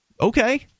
Okay